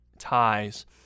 ties